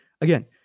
again